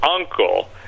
uncle